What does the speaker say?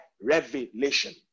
revelation